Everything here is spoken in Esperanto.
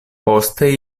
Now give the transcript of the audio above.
poste